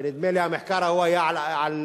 נדמה לי שהמחקר ההוא היה על